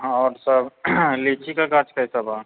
आओर सब लीचीके गाछ कैसे बा